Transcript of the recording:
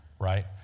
right